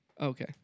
Okay